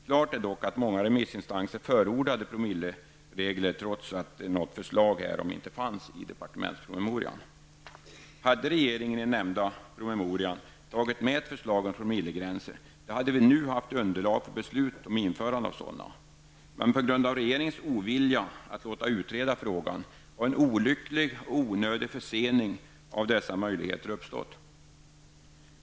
Klart är dock att många remissinstanser förordade promilleregler, trots att något förslag härom inte fanns i departementspromemorian. Hade regeringen i den nämnda promemorian tagit med ett förslag om promillegränser hade vi nu haft underlag för beslut om införande av sådana. Men på grund av regeringens ovilja att låta utreda frågan har en olycklig och onödig försening av dessa möjligheter uppstått.